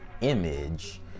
image